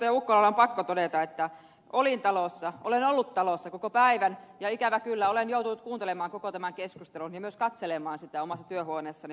ukkolalle on pakko todeta että olen ollut talossa koko päivän ja ikävä kyllä olen joutunut kuuntelemaan koko tämän keskustelun ja osittain myös katselemaan sitä omassa työhuoneessani